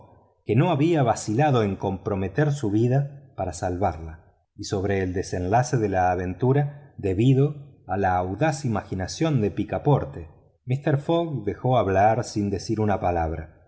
que no había vacilado en comprometer su vida para salvarla y sobre el desenlace de la aventura debida a la audaz imaginación de picaporte mister fogg dejó hablar sin decir una palabra